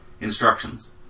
instructions